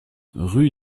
rue